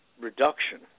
reduction